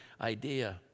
idea